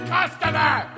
customer